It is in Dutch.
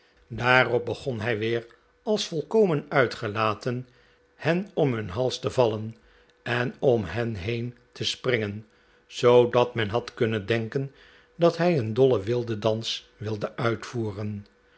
daarop begon hij weer als volkomen uitgelaten hen om huh hals te vallen en om hen heen te springen zoodat men had kunnen denken dat hij een dollen wildendans wilde uitvoeren